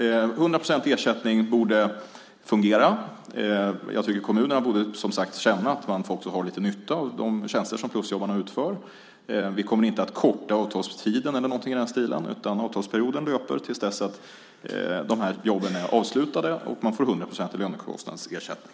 100 procent i ersättning borde fungera. Jag tycker att kommunerna som sagt borde känna att man också har lite nytta av de tjänster som plusjobbarna utför. Vi kommer inte att korta avtalstiden eller något i den stilen, utan avtalsperioden löper till dess att de här jobben är avslutade, och man får 100 procent i lönekostnadsersättning.